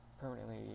permanently